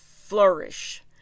flourish